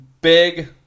big